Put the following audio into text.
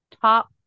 Top